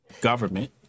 government